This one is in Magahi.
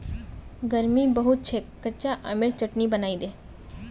गर्मी बहुत छेक कच्चा आमेर चटनी बनइ दे